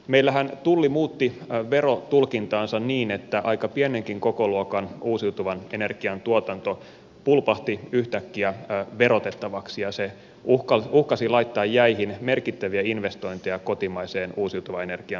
meillähän tulli muutti verotulkintaansa niin että aika pienenkin kokoluokan uusiutuvan energian tuotanto pulpahti yhtäkkiä verotettavaksi ja se uhkasi laittaa jäihin merkittäviä investointeja kotimaisen uusituvan energian tuotantoon